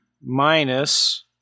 minus